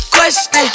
Question